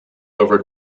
over